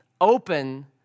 open